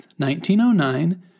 1909